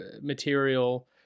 material